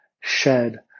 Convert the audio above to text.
shed